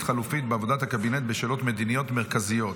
חלופית בעבודת הקבינט בשאלות מדיניות מרכזיות.